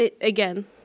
again